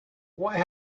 why